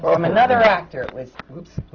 but from another actor, it was whoops!